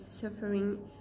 suffering